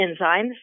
enzymes